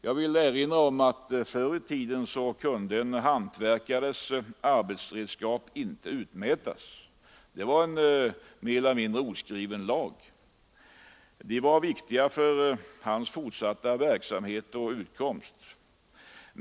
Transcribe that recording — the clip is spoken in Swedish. Jag vill erinra om att en hantverkares arbetsredskap inte kunde utmätas förr i tiden. Det var mer eller mindre en oskriven lag. De var viktiga för hans fortsatta verksamhet och inkomst.